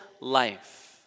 life